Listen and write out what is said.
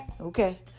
Okay